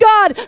God